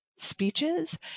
speeches